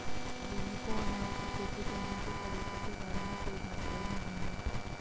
रुहि को अनार की खेती करने के तरीकों के बारे में कोई जानकारी नहीं है